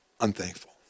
unthankful